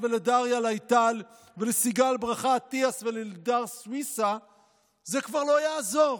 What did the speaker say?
ולדריה לייטל ולסיגל ברכה אטיאס וללידר סוויסה זה כבר לא יעזור.